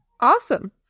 Awesome